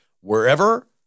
Wherever